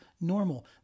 normal